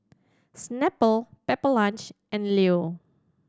Snapple Pepper Lunch and Leo